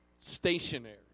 stationary